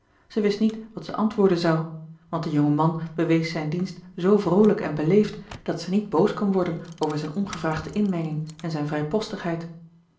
zij wist niet wat zij antwoorden zou want de jonge man bewees zijne dienst zoo vroolijk en beleefd dat zij niet boos kon worden over zijne ongevraagde inmenging en zijne